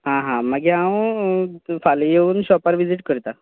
आं हां मागी हांव फाल्यां येवन शॉपार विजीट करतां